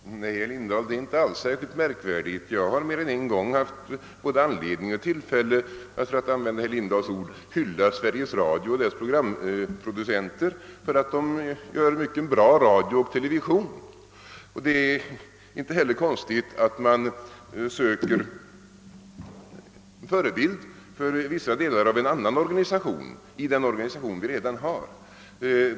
Herr talman! Nej, herr Lindahl, det är inte alls särskilt märkvärdigt! Jag har mer än en gång haft både anledning och tillfälle att — för att använda herr Lindahls ord — hylla Sveriges Radio och dess programproducenter för att de gör mycket bra program. Det är inte heller konstigt att man för vissa delar av en annan organisation söker förebild i den oganisation som redams finns.